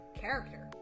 Character